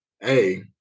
Hey